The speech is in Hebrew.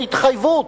בהתחייבות.